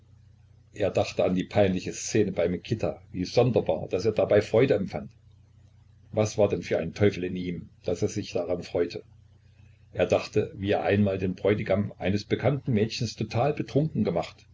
er dachte an die peinliche szene bei mikita wie sonderbar daß er dabei freude empfand was war denn für ein teufel in ihm der sich daran freute er dachte wie er einmal den bräutigam eines bekannten mädchens total betrunken gemacht